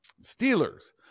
Steelers